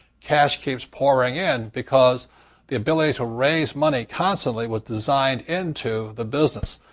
cash keeps pouring in because the ability to raise money constantly was designed into the business.